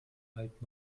halt